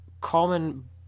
common